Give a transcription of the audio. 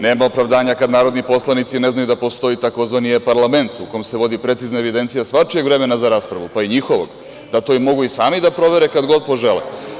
Nema opravdanja kada narodni poslanici ne znaju da postoji tzv. e-parlament, u kome se vodi precizna evidencija svačijeg vremena za raspravu, pa i njihovog, da to mogu i sami da provere kad god požele.